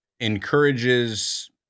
encourages